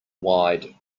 wide